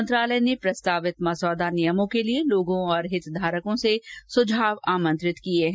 मंत्रालय ने प्रस्तावित मसौदा नियमों के लिए लोगों और हितघारकों से सुझाव आमंत्रित किये हैं